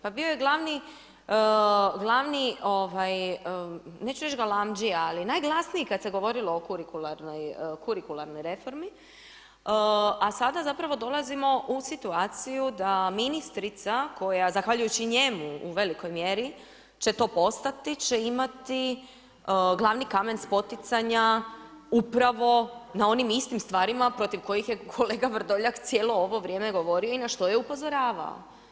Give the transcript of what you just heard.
Pa bio je glavni, neću reći galamđija ali najglasniji kada se govorilo o kurikularnoj reformi a sada zapravo dolazimo u situaciju da ministrica koja, zahvaljujući njemu u velikoj mjeri će to postati će imati glavni kamen spoticanja upravo na onim istim stvarima protiv kojih je kolega Vrdoljak cijelo ovo vrijeme govorio i na što je upozoravao.